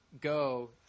go –